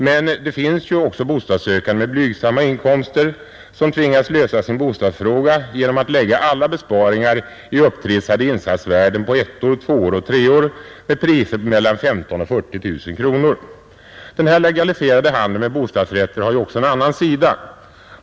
Men det finns ju också bostadssökande med blygsamma inkomster som tvingas lösa sin bostadsfråga genom att lägga alla besparingar i upptrissade insatsvärden på ettor, tvåor och treor med priser mellan 15 000 och 40 000 kronor. Den här legaliserade handeln med bostadsrätter har också en annan sida.